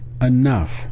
enough